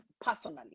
personally